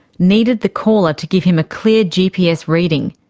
needed the caller to give him a clear gps reading,